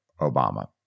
Obama